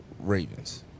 Ravens